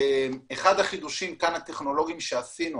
אחד החידושים הטכנולוגים שעשינו,